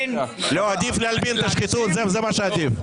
עדיף להלבין את השחיתות, זה מה שעדיף.